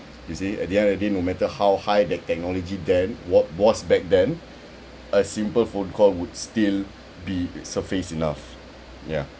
you see at the end of the day no matter how high the technology then what was back then a simple phone call would still be suffice enough ya